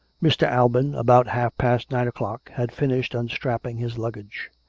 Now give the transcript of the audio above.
mr. alban, about half-past nine o'clock, had finished unstrapping his luggage.